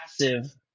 massive